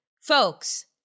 Folks